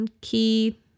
key